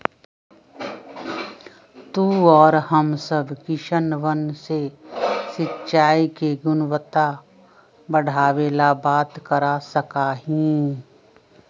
तू और हम सब किसनवन से सिंचाई के गुणवत्ता बढ़ावे ला बात कर सका ही